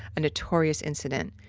a notorious incident.